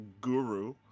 Guru